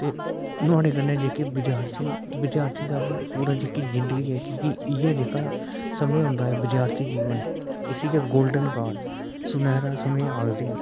ते नुहाड़े कन्नै जेह्के बचार न बचार च जेह्की पूरी जिंदगी जेह्की इयै जेह्का समूह् होंदा ऐ विद्यार्थी जीवन इसी गै गोल्डन काल सुनैह्रा समें गै आक्खदे न